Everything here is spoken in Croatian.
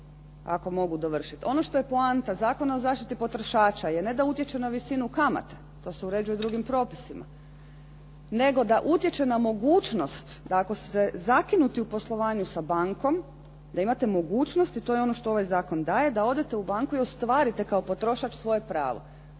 ako mogu dovršiti, ono što je poanta Zakona o zaštiti potrošača ne da utječe na visinu kamate, to se uređuje drugim propisima, nego da utječe na mogućnost da ako ste zakinuti u poslovanju sa bankom, da imate mogućnost i to je ono što ovaj zakon daje, da odete u banku i ostvarite kao potrošač svoje pravo.